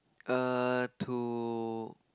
err to